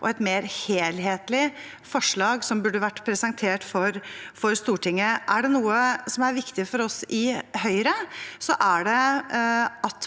et mer helhetlig forslag som ble presentert for Stortinget. Er det noe som er viktig for oss i Høyre, så er det at